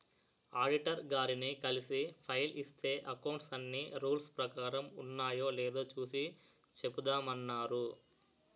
auditor గారిని కలిసి file ఇస్తే అకౌంట్స్ అన్నీ రూల్స్ ప్రకారం ఉన్నాయో లేదో చూసి చెబుతామన్నారు